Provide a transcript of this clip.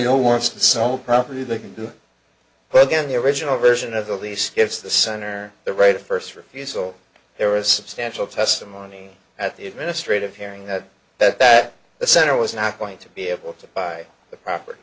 know wants to solve probably they can do but again the original version of the lease gives the center the right of first refusal there was substantial testimony at the administrative hearing that that that the center was not going to be able to buy the proper